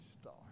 star